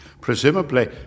Presumably